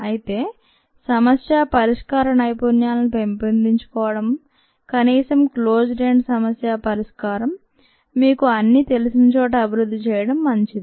అయితే సమస్యా పరిష్కార నైపుణ్యాలను పెంపొందించుకోవడం కనీసం క్లోజ్డ్ ఎండ్ సమస్యా పరిష్కారం మీకు అన్నీ తెలిసినచోట అభివృద్ధి చేయడం మంచిది